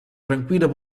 tranquilla